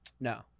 No